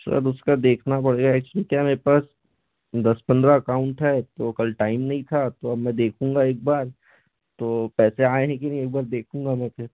sir उसका देखना पड़ेगा एक्चुअली क्या मेरे पास दस पन्द्रह अकाउंट है तो कल टाइम नहीं था तो अब मैं देखूंगा एक बार तो पैसे आए हैं कि नहीं एक बार देखूंगा मैं फिर